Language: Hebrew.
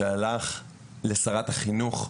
לשרת החינוך,